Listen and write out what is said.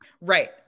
Right